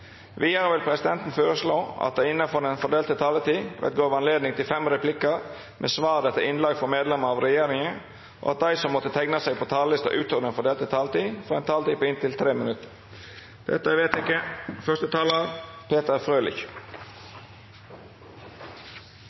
Vidare vil presidenten føreslå at det – innanfor den fordelte taletida – vert gjeve anledning til fem replikkar med svar etter innlegg frå medlemer av regjeringa, og at dei som måtte teikna seg på talarlista utover den fordelte taletida, får ei taletid på inntil 3 minutt. – Det er vedteke.